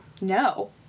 No